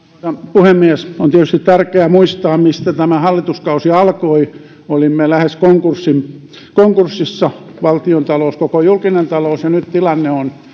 puhemies on tietysti tärkeää muistaa mistä tämä hallituskausi alkoi olimme lähes konkurssissa valtiontalous ja koko julkinen talous ja nyt tilanne on